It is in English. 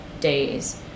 days